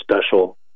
special